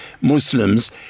Muslims